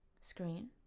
Screen